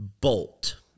bolt